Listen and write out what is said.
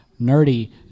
nerdy